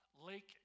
Lake